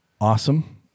awesome